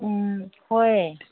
ꯎꯝ ꯍꯣꯏ